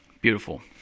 Beautiful